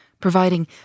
providing